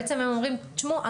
בעצם הם אומרים שמעו,